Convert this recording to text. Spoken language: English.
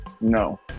No